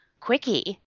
quickie